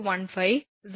8 0